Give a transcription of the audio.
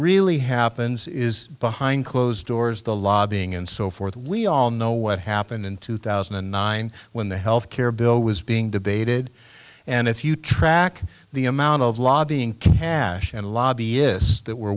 really happens is behind closed doors the lobbying and so forth we all know what happened in two thousand and nine when the health care bill was being debated and if you track the amount of lobbying cash and lobbyists that were